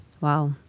Wow